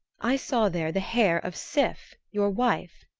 i saw there the hair of sif, your wife.